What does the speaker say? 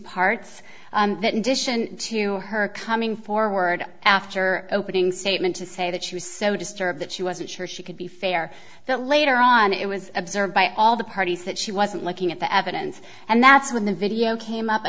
parts that addition to her coming forward after opening statement to say that she was so disturbed that she wasn't sure she could be fair but later on it was observed by all the parties that she wasn't looking at the evidence and that's when the video came